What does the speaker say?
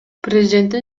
президенттин